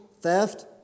theft